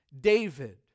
David